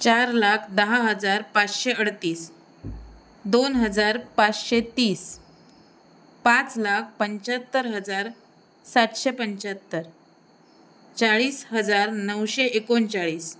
चार लाख दहा हजार पाचशे अडतीस दोन हजार पाचशे तीस पाच लाख पंच्याहत्तर हजार सातशे पंच्याहत्तर चाळीस हजार नऊशे एकोणचाळीस